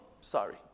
sorry